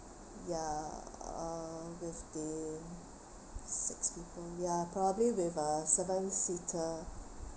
ya uh with the six people ya probably with a seven seater